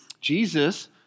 Jesus